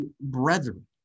brethren